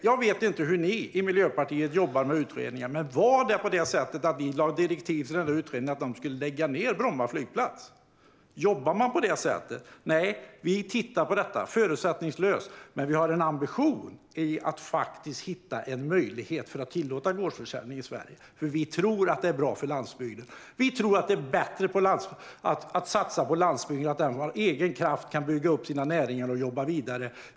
Jag vet inte hur ni i Miljöpartiet jobbar med utredningar, men lades direktiv till utredningen att Bromma flygplats skulle läggas ned? Jobbar man på det sättet? Nej, vi tittar på detta förutsättningslöst. Men vi har ambitionen att hitta en möjlighet att tillåta gårdsförsäljning i Sverige, för vi tror att det är bra för landsbygden. Vi tror att det är bättre att satsa på att landsbygden av egen kraft kan bygga upp sina näringar och jobba vidare.